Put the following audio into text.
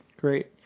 great